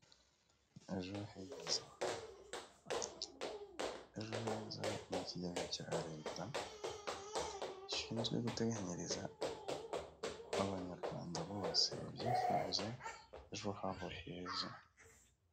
Ejo heza, ejo heza ni ikigega cya leta gishinzwe guteganyiriza abanyarwanda bose babyifuza ejo habo heza.